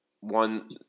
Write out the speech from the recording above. one